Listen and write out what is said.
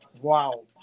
Wow